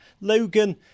Logan